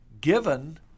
given